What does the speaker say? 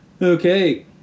Okay